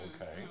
okay